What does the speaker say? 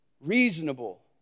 reasonable